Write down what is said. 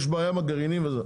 יש בעיה עם הגרעינים וזה,